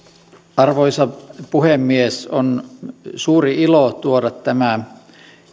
arvoisa puhemies on suuri ilo tuoda tämä